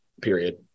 period